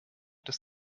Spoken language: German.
dass